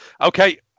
Okay